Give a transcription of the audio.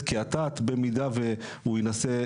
הרבה יותר מזה כולל הפלסטינים.